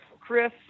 Chris